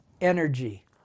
energy